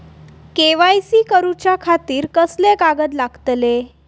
KYC करूच्या खातिर कसले कागद लागतले?